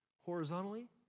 horizontally